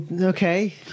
Okay